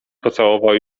pocałował